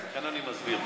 לכן אני מסביר.